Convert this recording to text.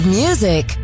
music